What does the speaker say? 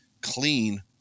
clean